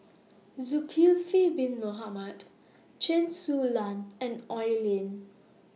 Zulkifli Bin Mohamed Chen Su Lan and Oi Lin